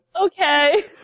Okay